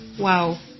Wow